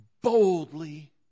boldly